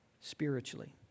spiritually